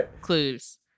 clues